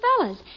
fellas